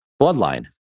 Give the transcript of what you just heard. Bloodline